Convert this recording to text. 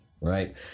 Right